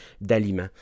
d'aliments